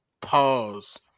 Pause